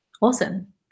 awesome